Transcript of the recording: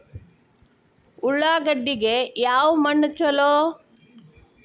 ಉಳ್ಳಾಗಡ್ಡಿಗೆ ಯಾವ ಮಣ್ಣು ಛಲೋ?